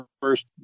first